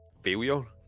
failure